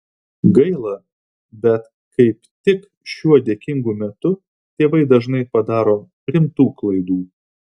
gaila bet kaip tik šiuo dėkingu metu tėvai dažnai padaro rimtų klaidų